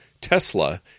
Tesla